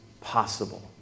possible